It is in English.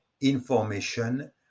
information